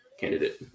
candidate